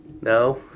No